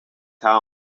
town